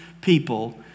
people